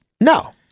No